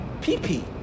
pee-pee